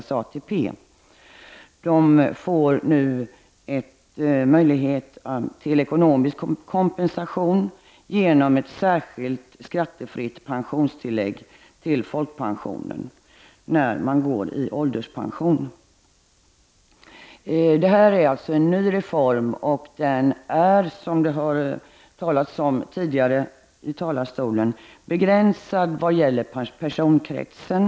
Sådana personer får nu möjlighet till ekonomisk kompensationen genom ett särskilt skattefritt pensionstillägg till ålderspension inom folkpensionssystemet. Det är fråga om en helt ny reform, och den är, som framhållits av tidigare talare, begränsad vad gäller personkretsen.